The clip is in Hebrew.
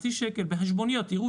חצי שקל למלון,